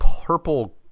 purple